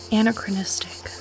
anachronistic